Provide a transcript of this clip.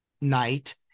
night